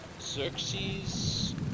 Xerxes